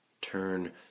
Turn